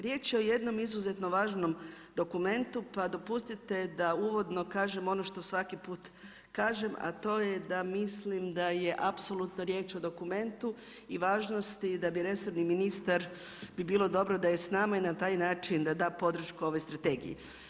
Riječ je jednom izuzetnom važnom dokumentu, pa dopustite da uvodno kažem ono što svaki put a to je da mislim da je apsolutno riječ o dokumentu i važnosti da bi resorni ministar bi bilo dobro da je s nama i na taj način da da podršku ovoj strategiji.